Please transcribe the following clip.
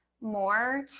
more